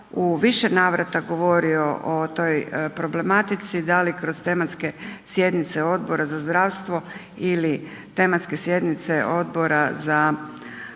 u više navrata govorio o toj problematici, da li kroz tematske sjednice Odbora za zdravstvo ili tematske sjednice Odbora za obitelj,